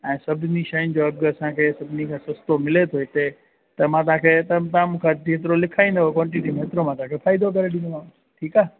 ऐं सभिनी शयुनि जो अघु असांखे सभिनी खां सस्तो मिले थो हिते त मां तव्हांखे सभु तव्हां मूंखां जेतिरो लिखंदव क्वांटिटी में हेतिरो मां तव्हांखे फ़ाइदो करे ॾींदोमांव ठीकु आहे